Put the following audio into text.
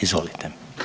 Izvolite.